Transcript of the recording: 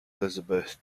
elisabeth